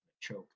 choke